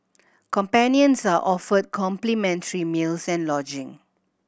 companions are offered complimentary meals and lodging